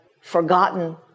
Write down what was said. forgotten